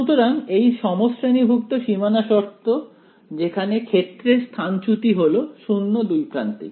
সুতরাং এটি সমশ্রেণীভুক্ত সীমানা শর্ত যেখানে ক্ষেত্রের স্থানচ্যুতি হল 0 দুই প্রান্তেই